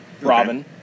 robin